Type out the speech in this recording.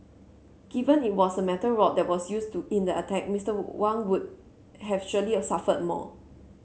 given it was a metal rod that was used to in the attack Mister Wang would have surely a suffered more